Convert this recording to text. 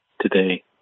today